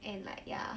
and like ya